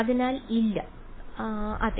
അതിനാൽ ഇല്ല അതെ